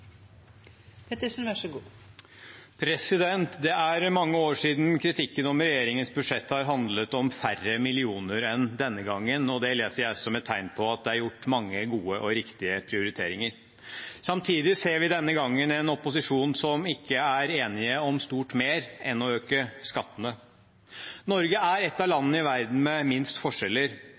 som skapte så stor bekymring, og da burde kanskje Kapur også ha fått med seg den kommentaren. Det er mange år siden kritikken av regjeringens budsjett har handlet om færre millioner enn denne gangen, og det leser jeg som et tegn på at det er gjort mange gode og riktige prioriteringer. Samtidig ser vi denne gangen en opposisjon som ikke er enige om stort mer enn å øke skattene. Norge er et av landene i verden med minst